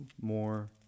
more